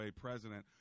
president